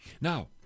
Now